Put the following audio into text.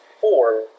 four